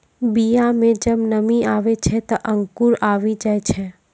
बीया म जब नमी आवै छै, त अंकुर आवि जाय छै